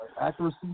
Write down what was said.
accuracy